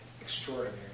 extraordinary